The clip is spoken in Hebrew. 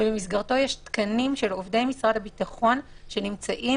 ובמסגרתו יש תקנים של עובדי משרד הביטחון שנמצאים